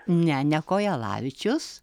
ne ne kojelavičius